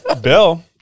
bill